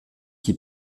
qui